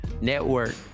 Network